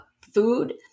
food